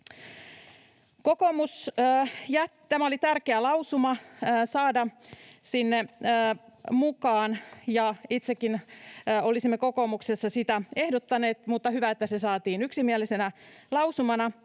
Tämä oli tärkeä lausuma saada sinne mukaan, ja itsekin olisimme kokoomuksessa sitä ehdottaneet, mutta hyvä, että se saatiin yksimielisenä lausumana.